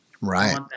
Right